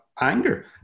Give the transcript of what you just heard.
anger